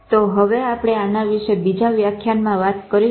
તો હવે આપણે આના વિશે બીજા વ્યાખ્યાનમાં વાત કરીશું